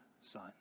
son